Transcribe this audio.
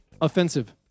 offensive